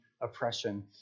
oppression